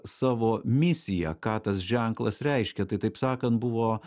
savo misiją ką tas ženklas reiškia tai taip sakant buvo